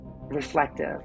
reflective